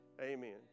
amen